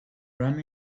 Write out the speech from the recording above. rum